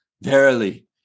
Verily